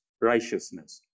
righteousness